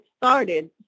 started